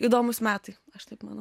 įdomūs metai aš taip manau